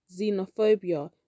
xenophobia